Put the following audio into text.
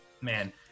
man